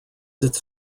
its